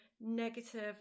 negative